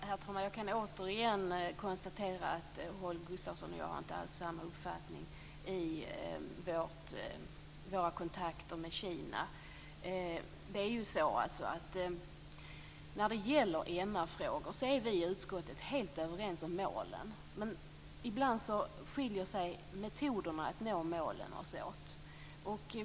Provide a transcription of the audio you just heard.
Herr talman! Jag kan återigen konstatera att Holger Gustafsson och jag inte alls har samma uppfattning om våra kontakter med Kina. När det gäller MR frågor är vi i utskottet helt överens om målen, men ibland skiljer metoderna för att nå målen oss åt.